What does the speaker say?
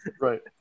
right